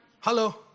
Hello